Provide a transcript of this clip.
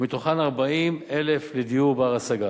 מתוכן 40,000 לדיור בר-השגה.